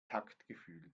taktgefühl